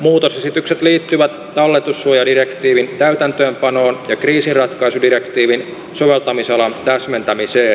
muutosesitykset liittyvät talletussuojadirektiivin täytäntöönpanoon ja kriisinratkaisudirektiivin soveltamisalan täsmentämiseen